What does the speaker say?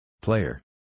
Player